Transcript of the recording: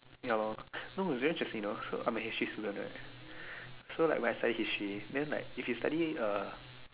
ya lor no is very interesting you know so I'm a history student right so like when I study history then like if you study uh